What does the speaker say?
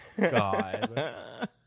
God